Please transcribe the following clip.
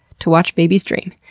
to watch babies dream.